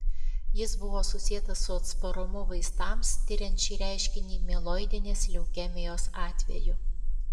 jis buvo susietas su atsparumu vaistams tiriant šį reiškinį mieloidinės leukemijos atveju